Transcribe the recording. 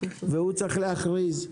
והוא צריך להכריז.